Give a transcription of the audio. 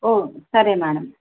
ఓ సరే మేడం